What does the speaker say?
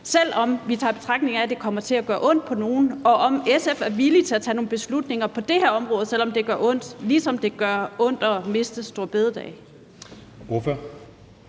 selv om vi tager i betragtning, at det kommer til at gøre ondt på nogle, og om SF er villig til at tage nogle beslutninger på det her område, selv om det gør ondt, ligesom det gør ondt at miste store bededag.